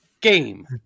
game